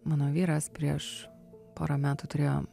mano vyras prieš porą metų turėjo